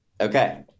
Okay